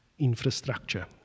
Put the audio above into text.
infrastructure